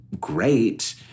great